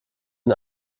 den